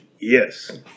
Yes